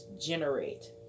generate